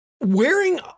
wearing